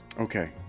okay